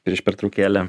prieš pertraukėlę